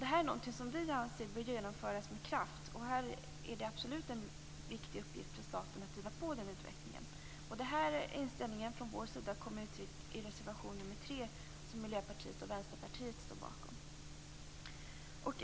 Det här är något som vi anser bör genomföras med kraft. Det är absolut en viktig uppgift för staten att driva på den utvecklingen. Den här inställningen från vår sida kommer till uttryck i reservation nr 3, som Miljöpartiet och Vänsterpartiet står bakom.